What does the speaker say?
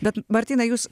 bet martynai jūs